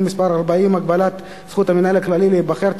מס' 40) (הגבלת זכות המנהל הכללי להיבחר),